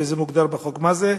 ומוגדר בחוק מה זה.